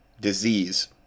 Disease